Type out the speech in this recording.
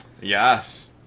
Yes